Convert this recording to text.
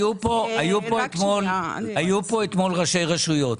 היו פה אתמול ראשי רשויות,